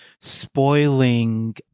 spoiling